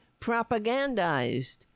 propagandized